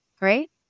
Right